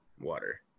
water